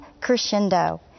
crescendo